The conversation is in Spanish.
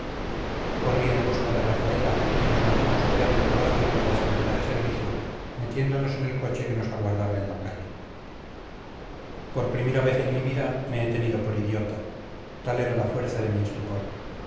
corrí en busca de rafaela y nos lanzamos fuera del palacio por la escalera de servicio metiéndonos en el coche que nos aguardaba en la calle por primera vez en mi vida me he tenido por idiota tal era la fuerza de mi estupor